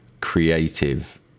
creative